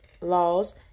laws